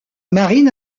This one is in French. marine